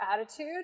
attitude